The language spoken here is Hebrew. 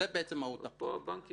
הריבית